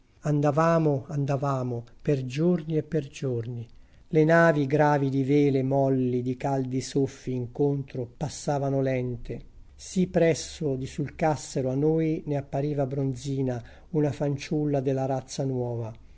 andavamo andavamo per giorni e per giorni le navi gravi di vele molli di caldi soffi incontro passavano lente sì presso di sul cassero a noi ne appariva bronzina una fanciulla della razza nuova